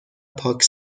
پاک